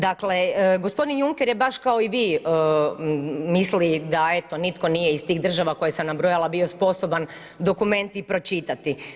Dakle, g. Junker, baš kao i vi, misli da eto, nitko nije iz tih država, koje sam nabrojala, bio sposoban dokument i pročitati.